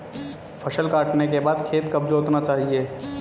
फसल काटने के बाद खेत कब जोतना चाहिये?